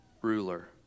ruler